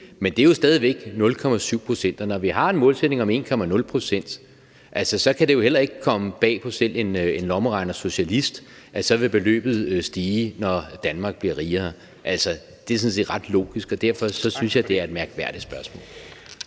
Men det er stadig væk 0,7 pct., og når vi har en målsætning om 1,0 pct., kan det jo heller ikke komme bag på selv en lommeregnersocialist, at beløbet så vil stige, når Danmark bliver rigere. Det er sådan set ret logisk, og derfor synes jeg, det er et mærkværdigt spørgsmål.